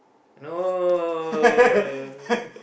no